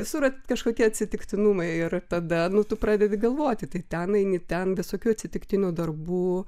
visur kažkokie atsitiktinumai ir tada tu pradedi galvoti tai ten eini ten visokių atsitiktinių darbų